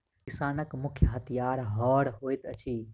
किसानक मुख्य हथियार हअर होइत अछि